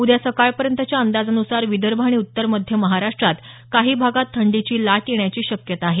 उद्या सकाळपर्यंतच्या अंदाजानुसार विदर्भ आणि उत्तर मध्य महाराष्ट्रात काही भागात थंडीची लाट येण्याची शक्यता आहे